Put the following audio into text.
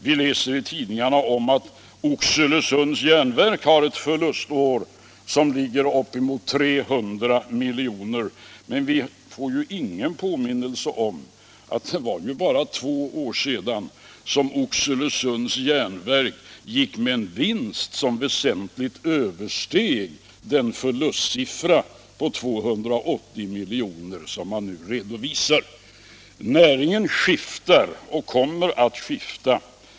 Vi läser också om att Oxelösunds järnverk har ett förlustår på uppemot 300 milj.kr. Men vi får ingen påminnelse om att det ju bara var två år sedan som Oxelösunds järnverk gick med en vinst som väsentligt översteg den förlustsiffra på 280 milj.kr. som man nu redovisar. Näringens förhållanden skiftar och kommer att skifta.